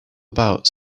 about